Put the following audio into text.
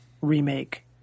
remake